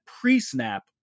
pre-snap